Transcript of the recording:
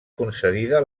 concedida